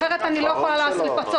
אחרת אני לא יכולה לפצות.